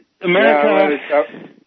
America